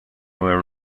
were